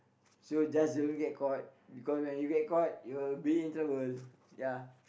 so just don't get caught because when you get caught you will be in trouble ya